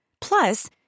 Plus